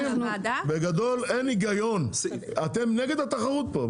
בגדול אין היגיון, אתם נגד התחרות פה.